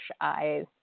eyes